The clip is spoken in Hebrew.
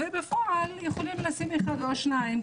ובפועל יכולים לשים אחד או שניים,